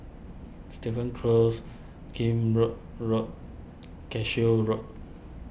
Stevens Close Kheam Road Road Cashew Road